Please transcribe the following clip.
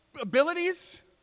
abilities